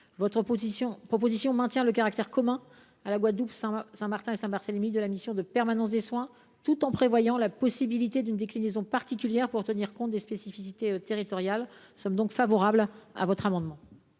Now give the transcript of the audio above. Votre proposition maintient le caractère commun à la Guadeloupe, Saint Martin et Saint Barthélemy de la mission de permanence des soins tout en prévoyant la possibilité d’une déclinaison particulière pour tenir compte des spécificités territoriales. Nous sommes donc favorables à votre amendement.